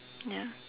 ya